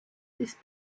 ist